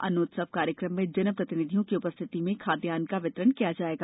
अन्न उत्सव कार्यक्रम में जनप्रतिनिधियों की उपस्थित में खाद्यान्न का वितरण किया जाएगा